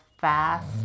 fast